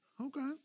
Okay